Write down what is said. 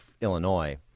Illinois